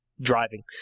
driving